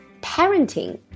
parenting